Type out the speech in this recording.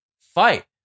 fight